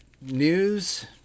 news